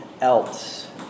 else